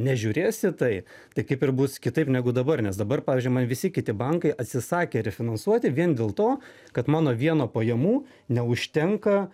nežiūrės į tai tai kaip ir bus kitaip negu dabar nes dabar pavyzdžiui man visi kiti bankai atsisakė refinansuoti vien dėl to kad mano vieno pajamų neužtenka